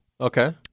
Okay